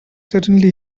suddenly